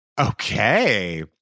Okay